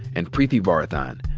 and preeti varathan.